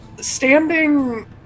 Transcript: standing